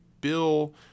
bill